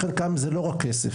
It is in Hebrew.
חלקם זה לא רק כסף.